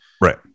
right